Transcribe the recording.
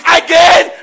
again